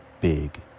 big